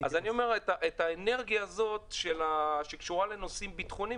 את האנרגיה הזאת שקשורה לנושאים ביטחוניים,